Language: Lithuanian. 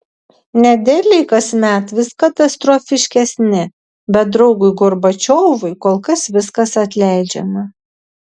nederliai kasmet vis katastrofiškesni bet draugui gorbačiovui kol kas viskas atleidžiama